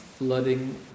flooding